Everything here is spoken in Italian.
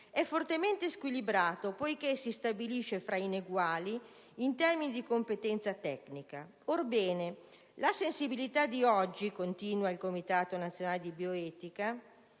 «è fortemente squilibrato, poiché si stabilisce fra ineguali in termini di competenza tecnica. Orbene, la sensibilità di oggi» - continua il Comitato nazionale di bioetica